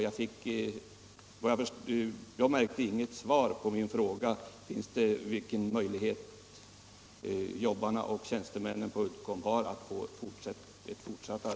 Jag fick inget svar på min fråga vilken möjlighet till fortsatt arbete iobbarna och tjänstemännen på Uddcomb har.